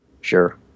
Sure